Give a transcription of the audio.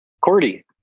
Cordy